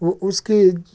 وہ اُس کی